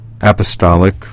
apostolic